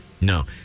No